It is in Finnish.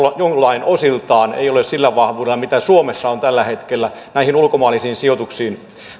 joiltain osiltaan se ei ole sillä vahvuudella mitä suomessa on tällä hetkellä näihin ulkomaisiin sijoituksiin